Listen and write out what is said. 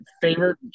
favorite